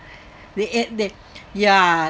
the eh the ya